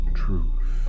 truth